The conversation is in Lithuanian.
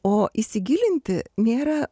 o įsigilinti nėra